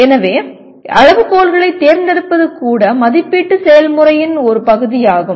எனவே அளவுகோல்களைத் தேர்ந்தெடுப்பது கூட மதிப்பீட்டு செயல்முறையின் ஒரு பகுதியாகும்